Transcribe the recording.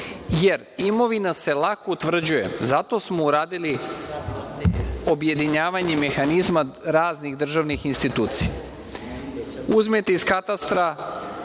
jer imovina se lako utvrđuje. Zato smo uradili objedinjavanje mehanizma raznih državnih institucija. Uzmete iz katastra